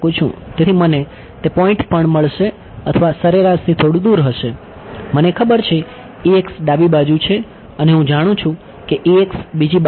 તેથી મને તે પોઈન્ટ પણ મળશે અથવા સરેરાશથી થોડું દૂર હશે મને ખબર છે ડાબી બાજુ છે અને હું જાણું છું કે બીજી બાજુએ છે